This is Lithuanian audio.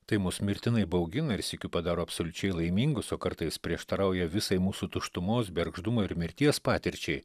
tai mus mirtinai baugina ir sykiu padaro absoliučiai laimingus o kartais prieštarauja visai mūsų tuštumos bergždumo ir mirties patirčiai